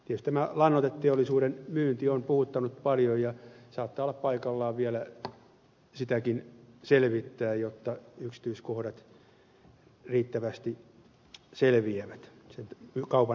tietysti tämä lannoiteteollisuuden myynti on puhuttanut paljon ja saattaa olla paikallaan vielä sitäkin selvittää jotta yksityiskohdat riittävästi selviävät sen kaupan tarpeellisuudesta